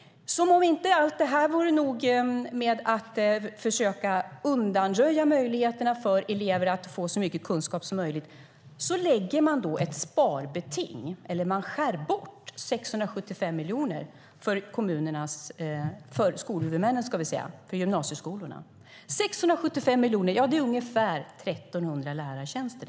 Som om det inte vore nog att försöka undanröja möjligheterna för elever att få så mycket kunskap som möjligt skär man bort 675 miljoner för huvudmännen för gymnasieskolorna. Det motsvarar ungefär 1 300 lärartjänster.